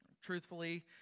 Truthfully